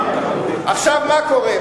עכשיו, מה קורה?